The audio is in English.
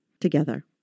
together